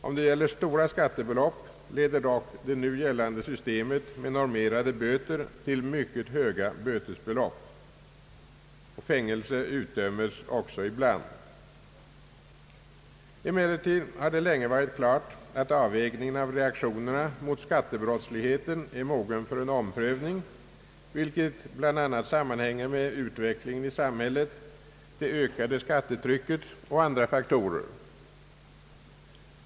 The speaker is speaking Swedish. Om det gäller stora skattebelopp leder dock det nu gällande systemet med normerade böter till mycket höga bötesbelopp. Fängelse utdömes även ibland. Emellertid har det längre varit klart att avvägningen av reaktionerna mot skattebrottsligheten är mogen för en omprövning, vilket bl.a. sammanhänger med utvecklingen i samhället, det ökade skattetrycket och andra faktorer.